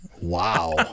Wow